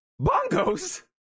Bongos